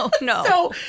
No